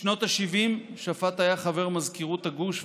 בשנות השבעים שפט היה חבר מזכירות הגוש,